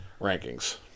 rankings